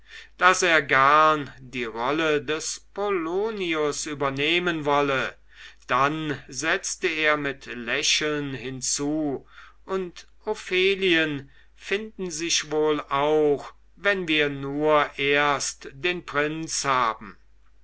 daß er gern die rolle des polonius übernehmen wolle dann setzte er mit lächeln hinzu und ophelien finden sich wohl auch wenn wir nur erst den prinzen haben